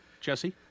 Jesse